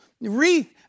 wreath